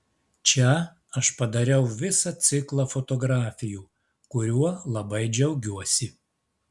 čia aš padariau visą ciklą fotografijų kuriuo labai džiaugiuosi